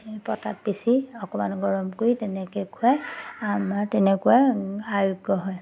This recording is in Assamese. সেই পটাত পিচি অকণমান গৰম কৰি তেনেকৈ খুৱাই আমাৰ তেনেকুৱা আৰোগ্য হয়